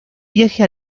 viaje